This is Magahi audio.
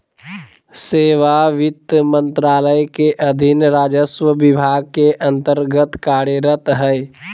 सेवा वित्त मंत्रालय के अधीन राजस्व विभाग के अन्तर्गत्त कार्यरत हइ